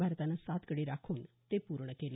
भारतानं सात गडी राखून ते पुर्ण केलं